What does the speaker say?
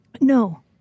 No